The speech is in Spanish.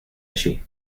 allí